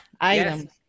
items